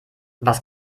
was